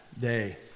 day